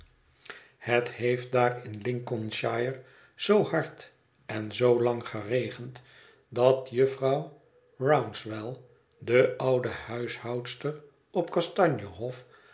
het heeft daar in lincolnshire zoo hard en zoo lang geregend dat jufvrouw rouncewell de oude huishoudster op kastanje hof